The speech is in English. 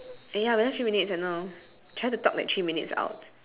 eh ya we left three minutes I know try to talk like three minutes out